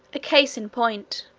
a case in point